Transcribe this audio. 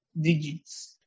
digits